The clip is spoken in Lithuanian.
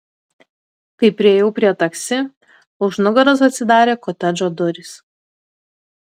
kai priėjau prie taksi už nugaros atsidarė kotedžo durys